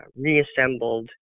reassembled